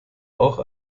auch